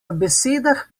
besedah